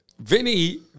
Vinny